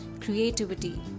creativity